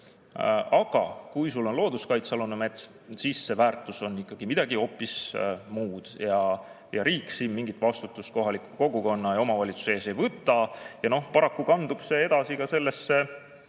Aga kui sul on looduskaitsealune mets, siis selle väärtus on ikkagi midagi hoopis muud ja riik siin mingit vastutust kohaliku kogukonna ja omavalitsuste ees ei võta. Paraku kandub see väga üheselt